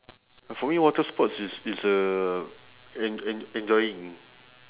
uh for me water sports is is a en~ en~ enjoying